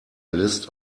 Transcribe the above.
list